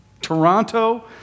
Toronto